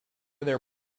their